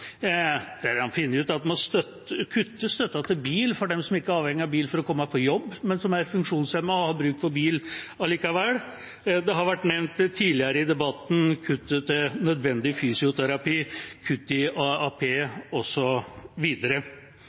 der en har funnet ut at en må kutte støtten til bil for dem som ikke er avhengig av bil for å komme på jobb, men som er funksjonshemmet og har bruk for bil allikevel. Det har vært nevnt tidligere i debatten kuttet i støtten til nødvendig fysioterapi, kutt i